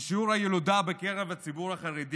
כי שיעור הילודה בקרב הציבור החרדי